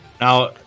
Now